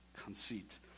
conceit